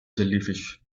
jellyfish